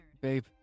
babe